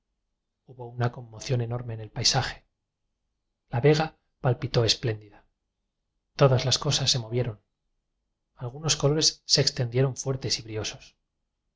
una conmoción enorme en el paisaje la vega palpitó espléndida todas cosas se movieron algunos colores se extendieron fuertes y briosos